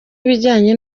ibijyanye